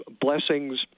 blessings